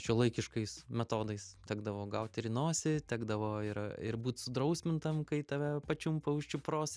šiuolaikiškais metodais tekdavo gaut ir į nosį tekdavo ir ir būt sudrausmintam kai tave pačiumpa už čiupros